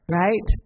right